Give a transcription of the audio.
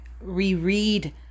reread